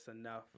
enough